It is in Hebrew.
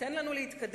תן לנו להתקדם,